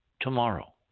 tomorrow